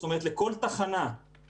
זאת אומרת, לכל תחנת משטרה,